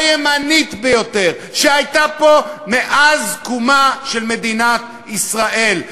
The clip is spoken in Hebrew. הימנית ביותר שהייתה פה מאז קומה של מדינת ישראל,